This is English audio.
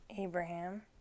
Abraham